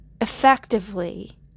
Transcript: effectively